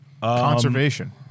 conservation